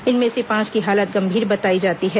इनमें से पांच की हालत गंभीर बताई जाती है